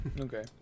Okay